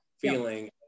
feeling